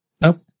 Nope